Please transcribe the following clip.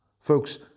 Folks